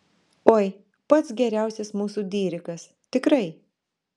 oi pats geriausias mūsų dirikas tikrai